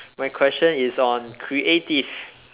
my question is on creative